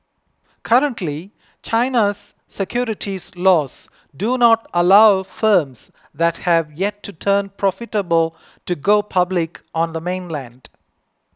currently China's securities laws do not allow firms that have yet to turn profitable to go public on the mainland